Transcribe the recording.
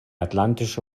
atlantische